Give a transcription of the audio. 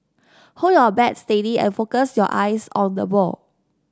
hold your bat steady and focus your eyes on the ball